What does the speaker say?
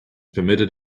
permitted